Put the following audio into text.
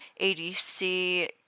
ADC